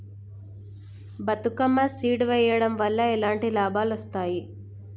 Bathukamma seed వెయ్యడం వల్ల ఎలాంటి లాభాలు వస్తాయి?